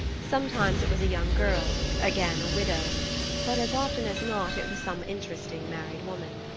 sometimes it was a young girl, again a widow but as often as not it was some interesting married woman.